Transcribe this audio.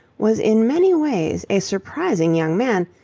was in many ways a surprising young man,